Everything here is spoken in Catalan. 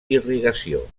irrigació